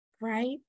right